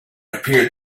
appeared